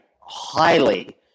highly